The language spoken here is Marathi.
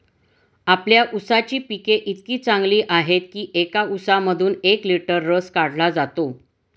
आपल्या ऊसाची पिके इतकी चांगली आहेत की एका ऊसामधून एक लिटर रस काढला जातो